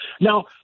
Now